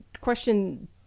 question